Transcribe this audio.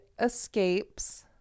escapes